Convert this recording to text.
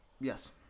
Yes